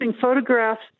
photographs